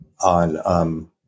on –